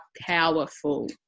powerful